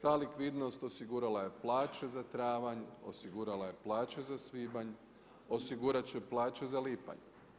Ta likvidnost osigurala je plaće za travanj, osigurala je plaće za svibanj, osigurat će plaće za lipanj.